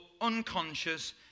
unconscious